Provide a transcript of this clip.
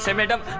so madam.